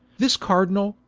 this cardinall,